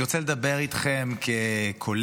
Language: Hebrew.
אני רוצה לדבר איתכם כקולגה,